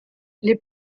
les